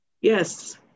Yes